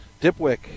Dipwick